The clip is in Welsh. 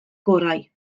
gorau